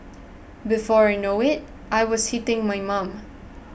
before I know it I was hitting my mum